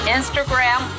Instagram